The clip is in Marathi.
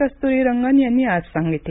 कस्तूरीरंगन यांनी आज सांगितलं